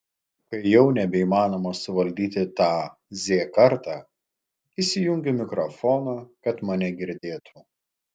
kai jau nebeįmanoma suvaldyti tą z kartą įsijungiu mikrofoną kad mane girdėtų